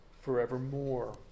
forevermore